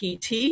PT